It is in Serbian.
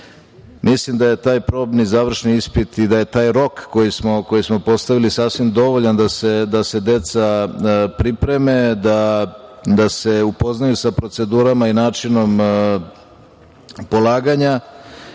Mislim da je taj probni završni ispit i da je taj rok koji smo postavili sasvim dovoljan da se deca pripreme, da se upoznaju sa procedurama i načinom polaganja,